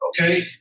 okay